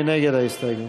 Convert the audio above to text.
מי נגד ההסתייגות?